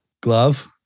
glove